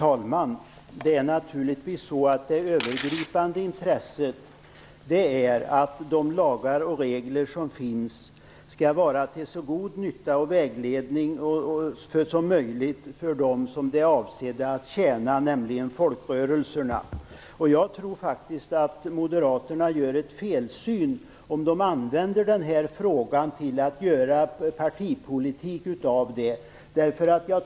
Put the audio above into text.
Herr talman! Det övergripande intresset är naturligtvis att de lagar och regler som finns skall vara till så god nytta och vägledning som möjligt för dem som de är avsedda att tjäna, nämligen folkrörelserna. Jag tror faktiskt att moderaterna har en felsyn om de gör partipolitik av den här frågan.